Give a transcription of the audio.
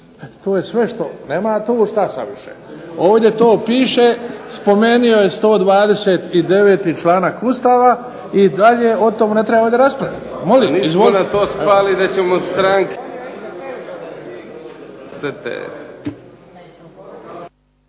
to je sve što, nema tu šta sad više. Ovdje to piše, spomenuo je 129. članak Ustava i dalje o tome ne treba ovdje raspravljati. Molim? Izvolite.